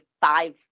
five